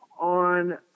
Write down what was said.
on